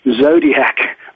Zodiac